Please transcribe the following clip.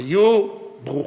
היו ברוכים.